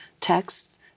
texts